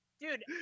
dude